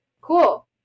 Cool